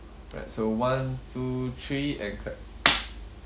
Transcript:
right so one two three and clap